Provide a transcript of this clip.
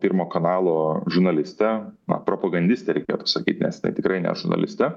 pirmo kanalo žurnaliste na propagandistė reikėtų sakyt nes tai tikrai ne žurnalistė